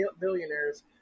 billionaires